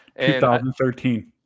2013